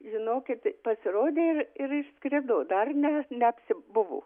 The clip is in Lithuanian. žinokit pasirodė ir ir išskrido dar ne neapsibuvo